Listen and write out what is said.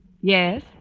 Yes